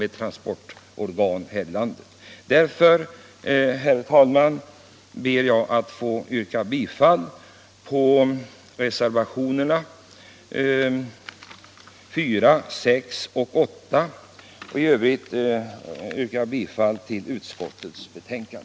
Därmed, herr talman, ber jag att få yrka bifall till reservationerna 4, 6 och 8 och i övrigt till utskottets hemställan.